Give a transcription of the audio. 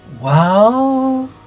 Wow